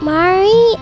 Mari